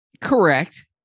Correct